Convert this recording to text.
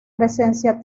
presencia